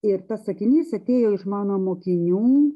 ir tas sakinys atėjo iš mano mokinių